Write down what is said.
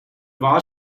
war